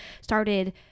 started